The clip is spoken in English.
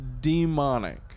demonic